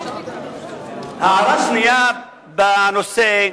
הערה שנייה בנושא,